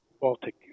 Baltic